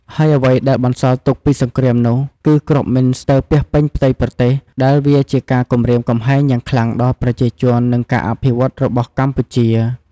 ហើយអ្វីដែលបន្សល់ទុកពីសង្គ្រាមនោះគឺ គ្រាប់មីនស្ទើពាសពេញផ្ទៃប្រទេស ដែលវាជាការគំរាមកំហែងយ៉ាងខ្លាំងដល់ប្រជាជន និងការអភិវឌ្ឍនរបស់កម្ពុជា។